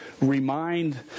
remind